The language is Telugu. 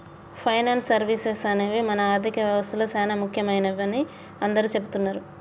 ఫైనాన్స్ సర్వీసెస్ అనేవి మన ఆర్థిక వ్యవస్తలో చానా ముఖ్యమైనవని అందరూ చెబుతున్నరు